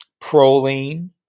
proline